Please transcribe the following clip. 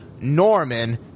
Norman